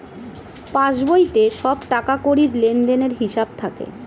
পাসবইতে সব টাকাকড়ির লেনদেনের হিসাব থাকে